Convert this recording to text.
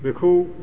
बेखौ